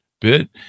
bit